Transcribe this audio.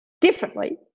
differently